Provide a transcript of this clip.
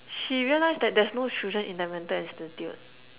she realised that there is no children in the mental institute